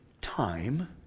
time